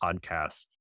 podcast